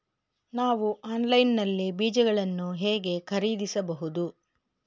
ನಾವು ಆನ್ಲೈನ್ ನಲ್ಲಿ ಬೀಜಗಳನ್ನು ಹೇಗೆ ಖರೀದಿಸಬಹುದು?